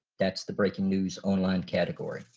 that's the breaking news online category.